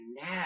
now